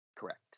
correct